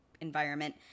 environment